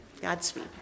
Godspeed